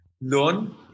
learn